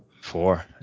four